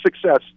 success